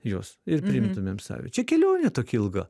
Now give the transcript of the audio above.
juos ir priimtumėm save čia kelionė tokia ilga